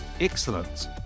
excellence